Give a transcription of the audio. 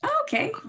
Okay